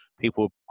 people